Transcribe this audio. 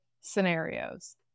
scenarios